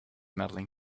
medaling